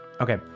Okay